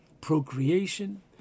Procreation